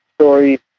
story